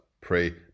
pray